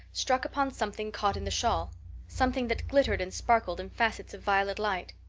struck upon something caught in the shawl something that glittered and sparkled in facets of violet light.